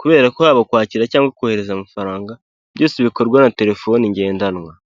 kubera ko haba kwakira cyangwa kohereza amafaranga byose bikorwa na terefone ngendanwa.